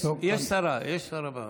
יש שרה במליאה.